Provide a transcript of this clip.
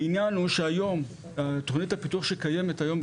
העניין הוא שתכנית הפיתוח שקיימת היום,